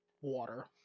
water